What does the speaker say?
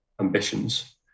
ambitions